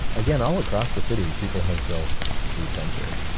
again, all across the city people have built these benches.